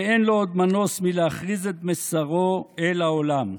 ואין לו עוד מנוס מלהכריז את מסרו אל העולם".